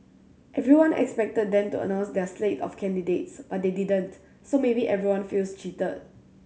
everyone expected them to announce their slate of candidates but they didn't so maybe everyone feels cheated